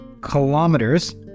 kilometers